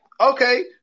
okay